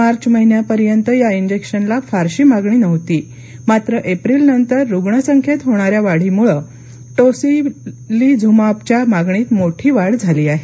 मार्च महिन्यापर्यंत या इंजेक्शनला फारशी मागणी नव्हती मात्र एप्रिलनंतर रुग्णसंख्येत होणाऱ्या वाढीमुळं टोसिलिझुमाबच्या मागणीत मोठी वाढ झाली आहे